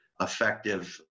effective